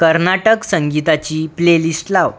कर्नाटक संगीताची प्लेलिस्ट लाव